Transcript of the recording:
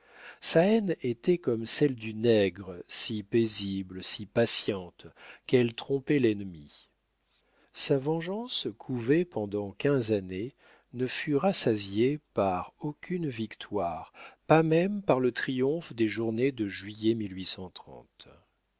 sa haine était comme celle du nègre si paisible si patiente qu'elle trompait l'ennemi sa vengeance couvée pendant quinze années ne fut rassasiée par aucune victoire pas même par le triomphe des journées de juillet